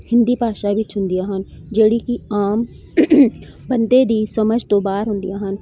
ਹਿੰਦੀ ਭਾਸ਼ਾ ਵਿੱਚ ਹੁੰਦੀਆਂ ਹਨ ਜਿਹੜੀ ਕਿ ਆਮ ਬੰਦੇ ਦੀ ਸਮਝ ਤੋਂ ਬਾਹਰ ਹੁੰਦੀਆਂ ਹਨ